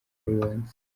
rewards